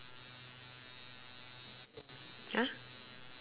!huh!